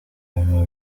ibintu